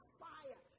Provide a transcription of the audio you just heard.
fire